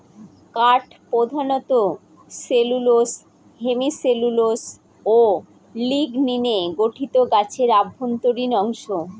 কাঠ প্রধানত cellulose hemicellulose ও লিগনিনে গঠিত গাছের অভ্যন্তরীণ অংশ